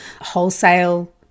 wholesale